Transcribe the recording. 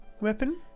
weapon